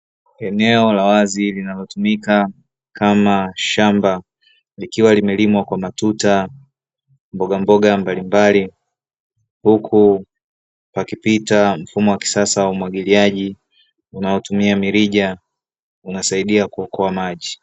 Eneo la wazi linalotumika kama shamba, likiwa limelimwa kwa matuta mbogamboga mbalimbali, huku pakipita mfumo wa kisasa wa umwagiliaji unaotumia mirija, unasaidia kuokoa maji.